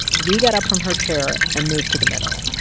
v got up from her chair and moved to the middle.